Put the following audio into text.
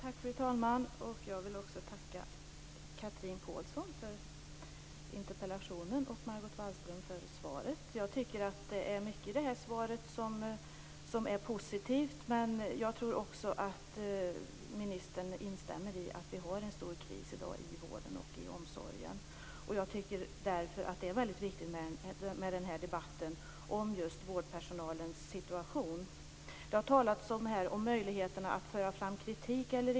Fru talman! Jag vill tacka Chatrine Pålsson för interpellationen och Margot Wallström för svaret. Det är mycket i svaret som är positivt, men jag tror också att ministern instämmer i att vi har en stor kris i vården och omsorgen i dag. Därför är debatten om just vårdpersonalens situation viktig. Det har här talats om möjligheterna att föra fram kritik.